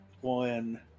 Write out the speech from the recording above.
One